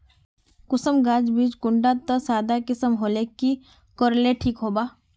किसम गाज बीज बीज कुंडा त सादा किसम होले की कोर ले ठीक होबा?